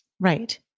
Right